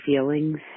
feelings